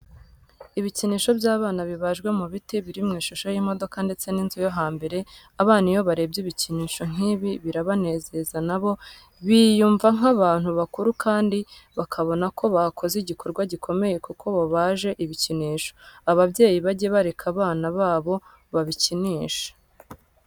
Ibikinisho by'abana bibajwe mu biti biri mu ishusho y'imodoka ndetse n'inzu yo hambere, abana iyo barebye ibikinisho nk'ibi birabanezeza nabo biyumva nk'abantu bakuru kandi bakabona ko bakoze igikorwa gikomeye kuko babaje ibikinisho. Ababyeyi bajye bareka abana babo babikinishe.